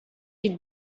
they